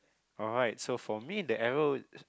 alright so for me the arrow